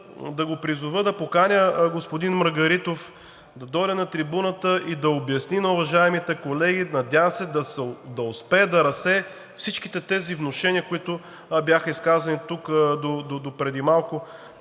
да го призова, да поканя господин Маргаритов да дойде на трибуната и да обясни на уважаемите колеги, надявам се да успее да разсее всичките тези внушения, които бяха изказани тук допреди малко.